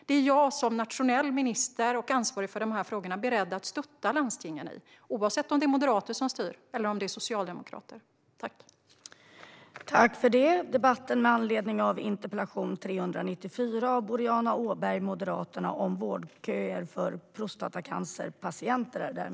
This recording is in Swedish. Detta är jag som nationell minister och ansvarig för frågorna beredd att stötta landstingen i oavsett om det är moderater eller socialdemokrater som styr.